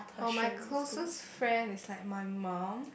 or my closest friend is like my mum